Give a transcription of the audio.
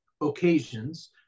occasions